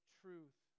truth